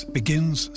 begins